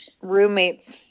Roommates